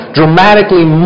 dramatically